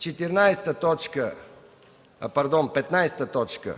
15.